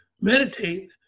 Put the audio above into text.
meditate